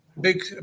Big